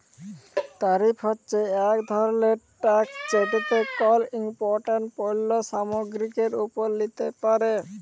তারিফ হছে ইক ধরলের ট্যাকস যেট কল ইমপোর্টেড পল্য সামগ্গিরির উপর লিতে পারে